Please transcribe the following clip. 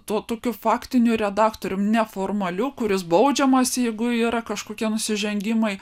tuo tokiu faktiniu redaktoriumi neformaliu kuris baudžiamas jeigu yra kažkokie nusižengimai